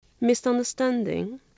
Misunderstanding